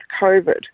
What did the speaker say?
COVID